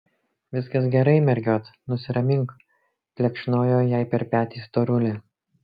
viskas gerai mergiot nusiramink plekšnojo jai per petį storulė